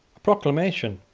a proclamation,